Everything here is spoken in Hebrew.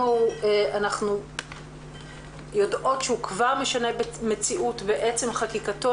אנחנו יודעות שהוא כבר משנה מציאות בעצם חקיקתו,